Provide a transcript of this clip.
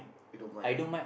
you don't mind ah